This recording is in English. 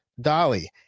Dolly